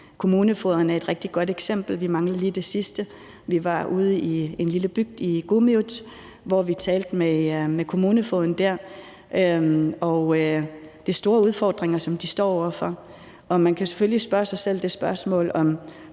Kommunefogederne er et rigtig godt eksempel – vi mangler lige det sidste. Vi var ude i en lille bygd, i Kuummiut, hvor vi talte med kommunefogeden og hørte om de store udfordringer, som de står over for, og man kan selvfølgelig stille sig selv det spørgsmål, om